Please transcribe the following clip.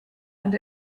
and